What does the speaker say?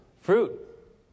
Fruit